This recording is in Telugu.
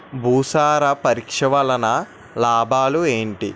భూసార పరీక్ష వలన లాభాలు ఏంటి?